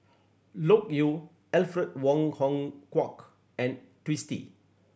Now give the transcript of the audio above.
Loke Yew Alfred Wong Hong Kwok and Twisstii